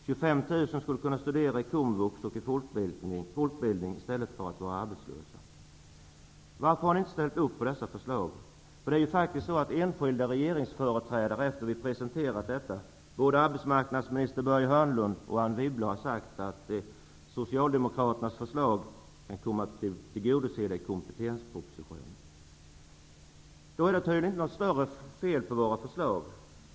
25 000 personer skulle kunna studera i komvux och i folkbildning i stället för att vara arbetslösa. Varför har ni inte ställt upp på dessa förslag? Enskilda regeringsföreträdare, såsom arbetsmarknadsminister Börje Hörnlund och finansminister Anne Wibble, har sagt att Socialdemokraternas förslag kan komma att bli tillgodosedda i kompletteringspropositionen. Då kan det inte vara några större fel på våra förslag.